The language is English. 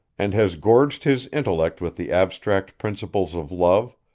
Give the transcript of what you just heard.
and has gorged his intellect with the abstract principles of love,